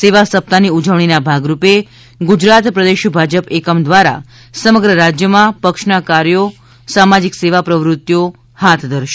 સેવા સપ્તાહની ઉજવણીના ભાગરૂપે ગુજરાત પ્રદેશ ભાજપ એકમ દ્વારા સમગ્ર રાજ્યમાં પક્ષના કાર્યો સામાજિક સેવા પ્રવૃત્તિઓ હાથ ધરશે